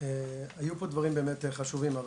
היו פה דברים באמת חשובים,